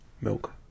milk